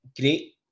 great